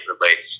relates